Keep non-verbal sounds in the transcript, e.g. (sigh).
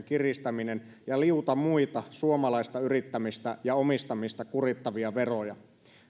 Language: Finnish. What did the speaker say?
(unintelligible) kiristäminen ja liuta muita suomalaista yrittämistä ja omistamista kurittavia veroja